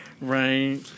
Right